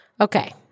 Okay